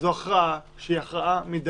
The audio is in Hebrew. זו הכרעה מידתית,